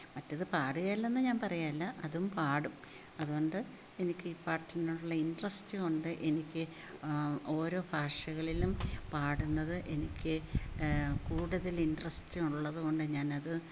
മറ്റേത് പാടുകയില്ലെന്ന് ഞാൻ പറയുകയല്ല അതും പാടും അതുകൊണ്ട് എനിക്ക് ഈ പാട്ടിനോടുള്ള ഇൻട്രസ്റ്റ് കൊണ്ട് എനിക്ക് ഓരോ ഭാഷകളിലും പാടുന്നത് എനിക്ക് കൂടുതൽ ഇൻട്രസ്റ്റ് ഉള്ളത് കൊണ്ട് ഞാൻ അത്